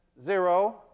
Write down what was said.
zero